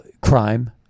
crime